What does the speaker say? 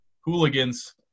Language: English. hooligans